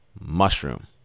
mushroom